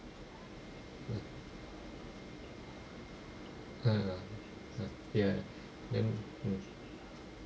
mm ah ah ya then mm